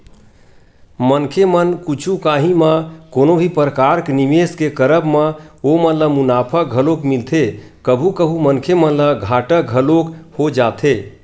मनखे मन कुछु काही म कोनो भी परकार के निवेस के करब म ओमन ल मुनाफा घलोक मिलथे कभू कभू मनखे मन ल घाटा घलोक हो जाथे